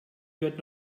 wird